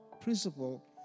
principle